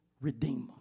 redeemer